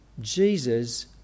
Jesus